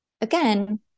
Again